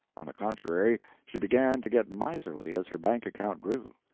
on the contrary, she began to get miserly as her bank account grew.